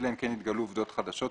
אלא אם כן התגלו עובדות חדשות,